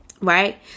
Right